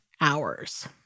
hours